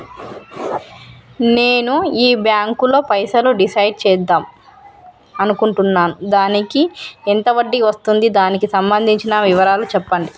నేను ఈ బ్యాంకులో పైసలు డిసైడ్ చేద్దాం అనుకుంటున్నాను దానికి ఎంత వడ్డీ వస్తుంది దానికి సంబంధించిన వివరాలు చెప్పండి?